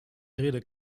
rede